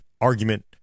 argument